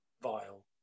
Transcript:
vile